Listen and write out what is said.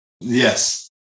Yes